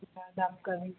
उसके बाद आप कहें